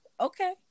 Okay